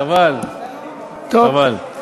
חבל, חבל.